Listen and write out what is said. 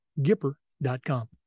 gipper.com